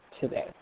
today